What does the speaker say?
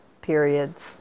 periods